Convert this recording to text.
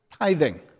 tithing